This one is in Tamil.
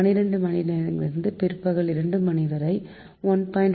12 மணியிலிருந்து பிற்பகல் 2 மணிவரை 1